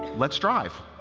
let's drive.